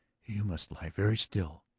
you must lie very still,